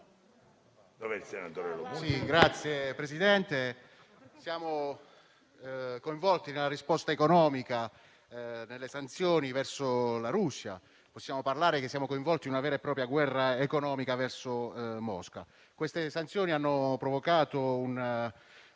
siamo coinvolti nella risposta economica e nelle sanzioni verso la Russia; possiamo dire che siamo coinvolti in una vera e propria guerra economica verso Mosca. Queste sanzioni hanno provocato una